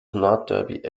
nordderby